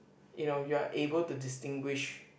you know you're able to distinguish